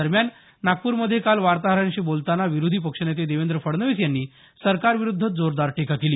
दरम्यान नागपूरमध्ये काल वार्ताहरांशी बोलतांना विरोधी पक्षनेते देवेंद्र फडणवीस यांनी सरकारविरूद्ध जोरदार टीका केली